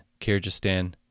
Kyrgyzstan